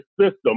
system